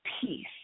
peace